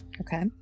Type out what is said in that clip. Okay